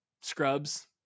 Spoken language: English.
scrubs